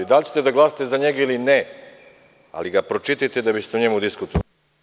Da li ćete da glasate za njega ili ne, ali ga pročitajte da biste o njemu diskutovali.